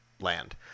land